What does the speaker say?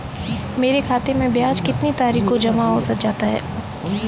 मेरे खाते में ब्याज कितनी तारीख को जमा हो जाता है?